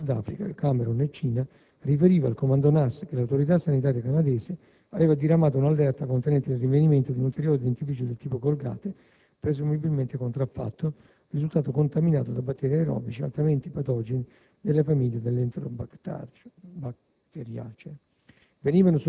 prodotti in Sud-Africa, Camerun e Cina, riferiva al Comando NAS che l'Autorità sanitaria canadese aveva diramato un'allerta concernente il rinvenimento di un ulteriore dentifricio del tipo "Colgate" (presumibilmente contraffatto) risultato contaminato da batteri aerobici altamente patogeni della famiglia *Enterobacteriacee*.